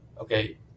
okay